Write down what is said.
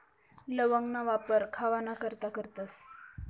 लवंगना वापर खावाना करता करतस